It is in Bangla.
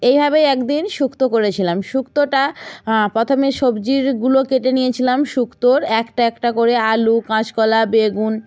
এইভাবেই একদিন শুক্তো করেছিলাম শুক্তোটা প্রথমে সবজিগুলো কেটে নিয়েছিলাম শুক্তোর একটা একটা করে আলু কাঁচকলা বেগুন